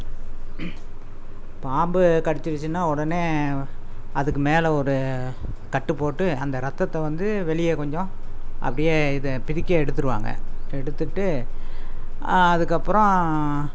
பாம்பு கடிச்சிடிச்சினா உடனே அதுக்கு மேலே ஒரு கட்டு போட்டு அந்த இரத்தத்தை வந்து வெளியே கொஞ்சம் அப்படியே இது பிதுக்கி எடுத்திருவாங்க எடுத்துவிட்டு அதுக்கப்புறம்